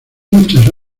muchas